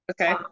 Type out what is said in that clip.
Okay